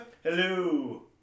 hello